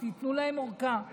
תנו להם הארכה.